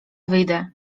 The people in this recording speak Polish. wyjdę